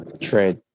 trade